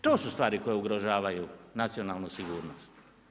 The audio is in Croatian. To su stvari koje ugrožavaju nacionalnu sigurnost.